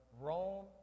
Rome